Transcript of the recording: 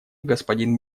господин